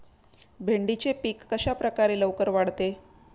भेंडीचे पीक कशाप्रकारे लवकर वाढते?